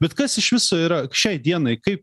bet kas iš viso yra šiai dienai kaip